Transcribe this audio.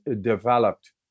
developed